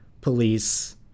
police